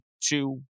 two